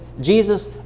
Jesus